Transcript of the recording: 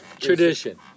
tradition